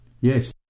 yes